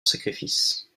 sacrifice